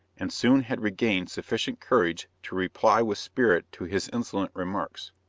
and soon had regained sufficient courage to reply with spirit to his insolent remarks.